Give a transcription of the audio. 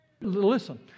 Listen